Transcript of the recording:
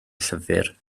llyfr